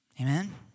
Amen